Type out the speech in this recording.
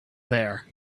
there